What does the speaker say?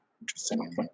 interesting